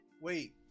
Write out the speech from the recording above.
Wait